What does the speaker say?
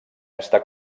està